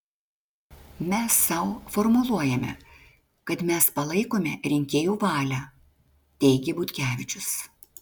mes sau formuluojame kad mes palaikome rinkėjų valią teigė butkevičius